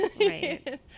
Right